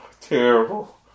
terrible